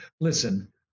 listen